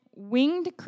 winged